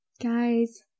guys